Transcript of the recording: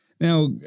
Now